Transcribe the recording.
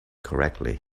correctly